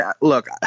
look